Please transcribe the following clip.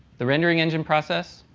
the rendering engine process,